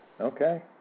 Okay